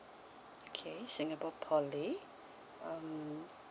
okay singapore poly um